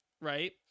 right